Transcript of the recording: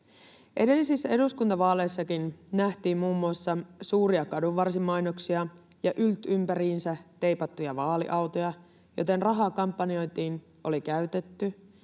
Edellisissä eduskuntavaaleissakin nähtiin muun muassa suuria kadunvarsimainoksia ja yltympäriinsä teipattuja vaaliautoja, joten rahaa kampanjointiin oli käytetty,